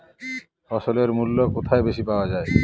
ফসলের মূল্য কোথায় বেশি পাওয়া যায়?